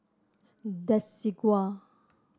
desigual